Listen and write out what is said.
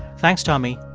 thanks, tommy.